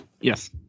yes